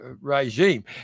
regime